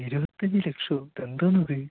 ഇരുപത്തഞ്ച് ലക്ഷമോ ഇതെന്താണിത്